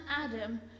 Adam